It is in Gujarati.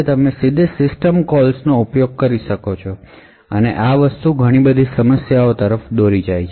તમે સીધા સિસ્ટમ કોલ્સનો ઉપયોગ કરી શકો છો અને આ ઘણી સમસ્યાઓ તરફ દોરી શકે છે